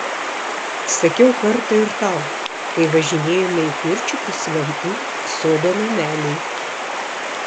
sakiau kartą ir tau kai važinėjome į pirčiupius lentų sodo nameliui